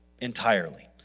Entirely